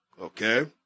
okay